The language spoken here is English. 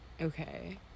Okay